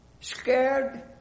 scared